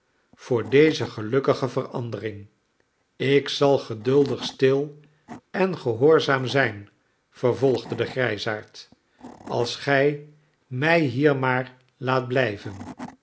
voor deze gelukkige verandering ik zal geduldig stil en gehoorzaam zijn vervolgde de grijsaard als gij mij hier maar laat blijven